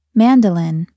mandolin